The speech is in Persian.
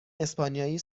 اسپانیایی